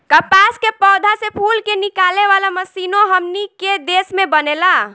कपास के पौधा से फूल के निकाले वाला मशीनों हमनी के देश में बनेला